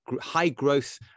high-growth